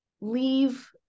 leave